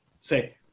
say